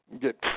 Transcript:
get